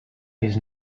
his